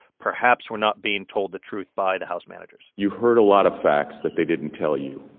perhaps we're not being told the truth by the house managers you heard a lot of facts that they didn't tell you,